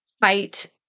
fight